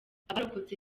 abarokotse